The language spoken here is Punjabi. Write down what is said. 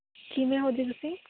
ਕਿਵੇਂ ਹੋ ਜੀ ਤੁਸੀਂ